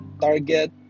target